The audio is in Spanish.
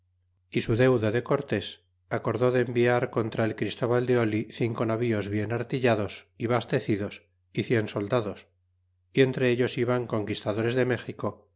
fiar su deudo de cortés acordó de enviar contra el christóval de oh cinco navíos bien artillados y bastecidos y cien soldados y entre ellos iban conquistadores de méxico